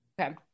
Okay